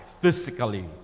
physically